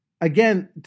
again